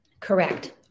Correct